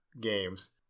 games